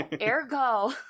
ergo